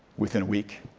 within a week.